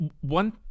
One